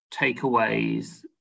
takeaways